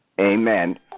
Amen